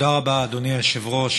תודה רבה, אדוני היושב-ראש.